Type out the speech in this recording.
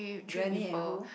granny and who